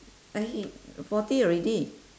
ah hit forty already